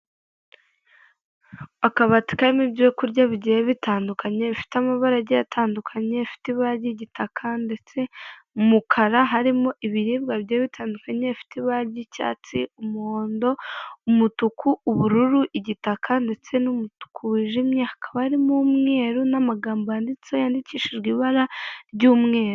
Akabati karimo ibyo kurya bigiye bitandukanye, bifite amabarage atandukanye, bifite ibara ry'igitaka, ndetse umukara harimo ibiribwa bigiye bitandukanyeye, bifite ibara ry'icyatsi umuhondo, umutuku, ubururu, igitaka ndetse n'umutuku wijimye, hakaba harimo umweru n'amagambo yanditse, yandikishijwe ibara ry'umweru.